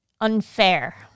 Unfair